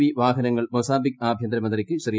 V വാഹനങ്ങൾ Mozambique ആഭ്യന്തരമന്ത്രിക്ക് ശ്രീ